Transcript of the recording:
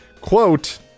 Quote